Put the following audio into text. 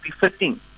befitting